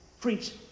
preach